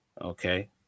okay